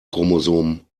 chromosom